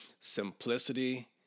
simplicity